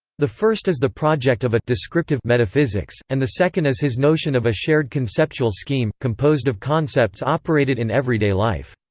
the first is the project of a descriptive metaphysics, and the second is his notion of a shared conceptual scheme, composed of concepts operated in everyday life.